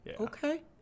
Okay